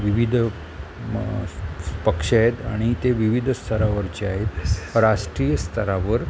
विविध पक्ष आहेत आणि ते विविध स्तरावरचे आहेत राष्ट्रीय स्तरावर